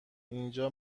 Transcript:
اینجا